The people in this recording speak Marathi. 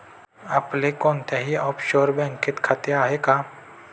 आपले कोणत्याही ऑफशोअर बँकेत खाते आहे का?